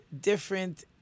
different